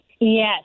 Yes